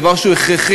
דבר שהוא הכרחי,